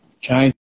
change